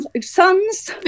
sons